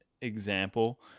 example